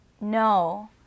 no